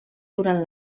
durant